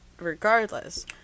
regardless